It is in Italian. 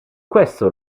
questo